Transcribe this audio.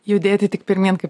judėti tik pirmyn kaip